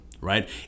Right